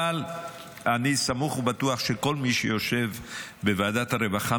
אבל אני סמוך ובטוח שכל מי שיושב בוועדת הרווחה